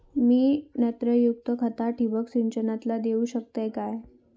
मी नत्रयुक्त खता ठिबक सिंचनातना देऊ शकतय काय?